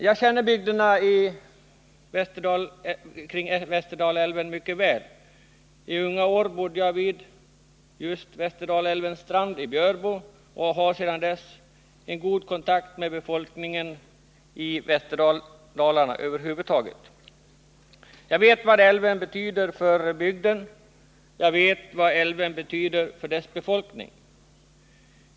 Jag känner bygderna kring Västerdalälven mycket väl. I unga år bodde jag vid Västerdalälvens strand i Björbo och har sedan dess en god kontakt med befolkningen i Västerdalarna över huvud taget. Jag vet vad älven betyder för bygden och dess befolkning.